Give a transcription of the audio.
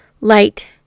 light